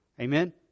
Amen